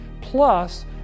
plus